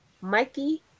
Mikey